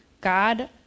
God